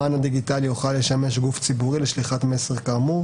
המען הדיגיטלי יוכל לשמש גוף ציבורי לשליחת מסר כאמור